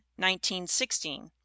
1916